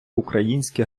українське